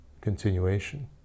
continuation